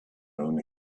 own